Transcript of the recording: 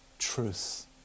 truth